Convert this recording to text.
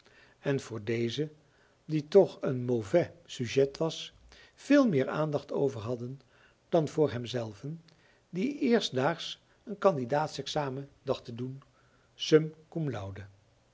en voor dezen die toch een mauvais sujet was veel meer aandacht overhadden dan voor hem zelven die eerstdaags een candidaatsexamen dacht te doen